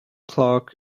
clark